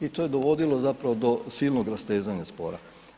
I to je dovodilo zapravo do silnog rastezanja spora.